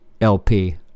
LP